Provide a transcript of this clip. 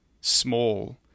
small